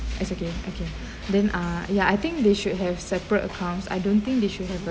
it's okay okay then ah ya I think they should have separate accounts I don't think they should a